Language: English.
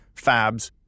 fabs